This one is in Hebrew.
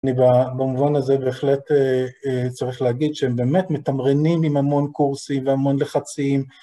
במובן הזה בהחלט צריך להגיד שהם באמת מתמרנים עם המון קורסים והמון לחצים.